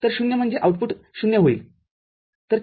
तर ० म्हणजे आउटपुट ० होईल